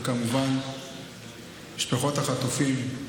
וכמובן משפחות החטופים,